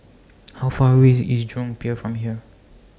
How Far away IS Jurong Pier from here